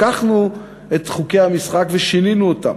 לקחנו את חוקי המשחק ושינינו אותם.